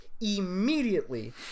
immediately